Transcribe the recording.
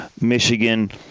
Michigan